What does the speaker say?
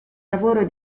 lavoro